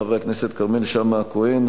חברי הכנסת כרמל שאמה-הכהן,